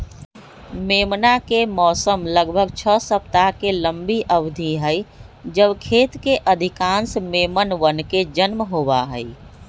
मेमना के मौसम लगभग छह सप्ताह के लंबी अवधि हई जब खेत के अधिकांश मेमनवन के जन्म होबा हई